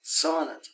Sonnet